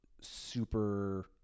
super